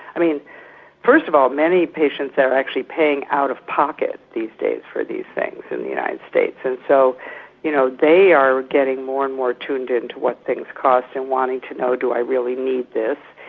i mean first of all many patients are actually paying out-of-pocket these days for these things in the united states, and so you know they are getting more and more tuned in to what things cost and wanting to know do i really need this.